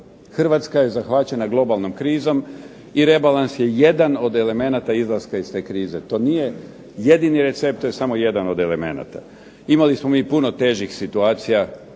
Hrvatska je zahvaćena globalnom krizom i rebalans je jedan od elemenata izlaska iz te krize. To nije jedini recept, to je samo jedan od elemenata. Imali smo mi puno težih situacija,